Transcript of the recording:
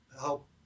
help